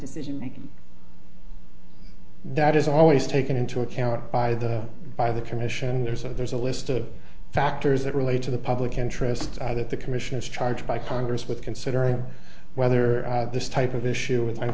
decision making that is always taken into account by the by the commission and there's a there's a list of factors that relate to the public interest that the commission is charged by congress with considering whether this type of issue with